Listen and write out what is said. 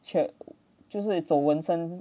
却就是一种纹身